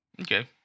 Okay